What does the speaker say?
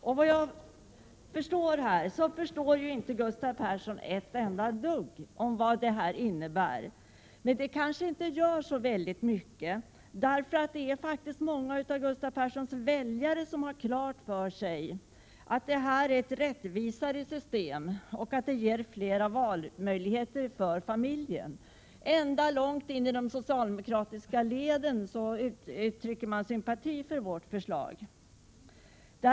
Såvitt jag förstår begriper Gustav Persson inte ett dugg av vad detta innebär, men det gör kanske inte så mycket, eftersom många av hans väljare har klart för sig att vårdnadsbidrag är rättvisare och ger flera valmöjligheter för familjen. Ända långt in i de socialdemokratiska leden uttrycker man sympati för vårt förslag.